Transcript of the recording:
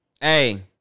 Hey